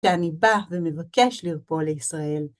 כי אני ב5 ומבקש לרפוא על ישראל.